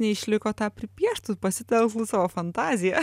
neišliko tą pripieštų pasitelktų savo fantaziją